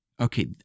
Okay